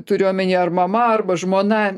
turiu omeny ar mama arba žmona